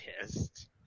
pissed